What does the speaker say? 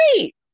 great